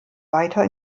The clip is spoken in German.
weiter